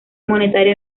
monetaria